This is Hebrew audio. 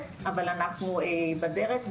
אבל אנחנו בדרך,